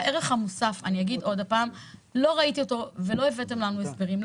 לא ראיתי ערך מסוים ולא נתתם לנו הסברים.